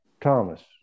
Thomas